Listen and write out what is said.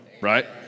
right